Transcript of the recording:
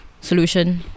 solution